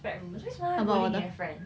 spread rumours 为什么她 bully 你的 friend